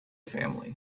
family